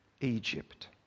Egypt